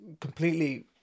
completely